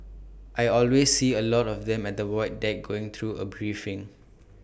I always see A lot of them at the void deck going through A briefing